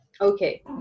Okay